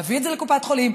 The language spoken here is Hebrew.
להביא את זה לקופת החולים,